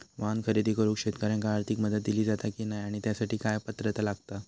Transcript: वाहन खरेदी करूक शेतकऱ्यांका आर्थिक मदत दिली जाता की नाय आणि त्यासाठी काय पात्रता लागता?